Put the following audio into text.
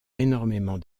énormément